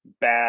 bad